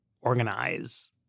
organize